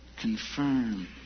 confirm